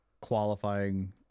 qualifying